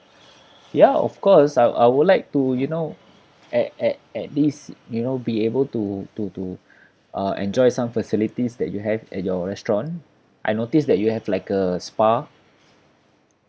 ya of course I'll I would like to you know at at at least you know be able to to to uh enjoy some facilities that you have at your restaurant I noticed that you have like a spa